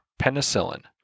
penicillin